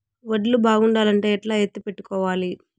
వడ్లు బాగుండాలంటే ఎట్లా ఎత్తిపెట్టుకోవాలి?